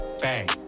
bang